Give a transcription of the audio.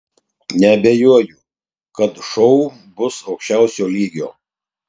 neabejoju kad šou bus aukščiausio lygio